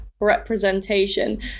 representation